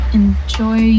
enjoy